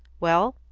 well,